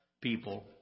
people